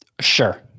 Sure